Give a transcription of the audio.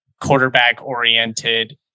quarterback-oriented